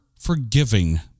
forgiving